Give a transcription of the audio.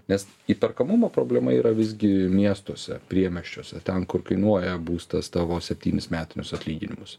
nes įperkamumo problema yra visgi miestuose priemiesčiuose ten kur kainuoja būstas tavo septynis metinius atlyginimus